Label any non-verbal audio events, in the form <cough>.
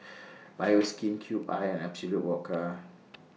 Bioskin <noise> Cube I and Absolut Vodka